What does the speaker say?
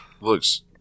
looks